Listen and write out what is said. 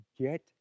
Get